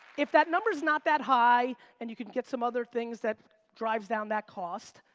if that number's not that high, and you can get some other things, that drives down that cost.